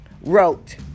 wrote